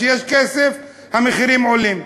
כשיש כסף המחירים עולים.